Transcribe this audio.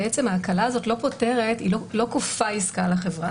ההקלה הזאת לא כופה עסקה על החברה.